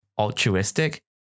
altruistic